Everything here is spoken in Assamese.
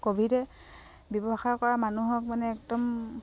ক'ভিডে ব্যৱসায় কৰা মানুহক মানে একদম